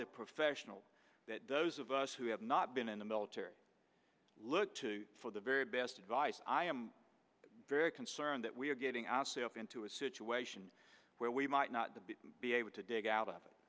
the professional that does of us who have not been in the military look for the very best advice i am very concerned that we are getting ourselves into a situation where we might not be able to dig out